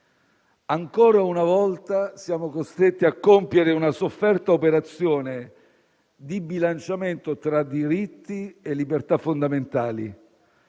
Ancora una volta, siamo costretti a compiere una sofferta operazione di bilanciamento tra diritti e libertà fondamentali,